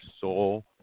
soul